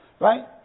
Right